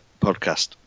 podcast